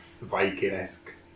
Viking-esque